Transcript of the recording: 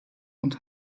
und